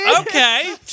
Okay